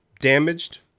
damaged